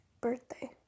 birthday